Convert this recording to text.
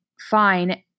fine